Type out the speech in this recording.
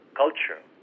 culture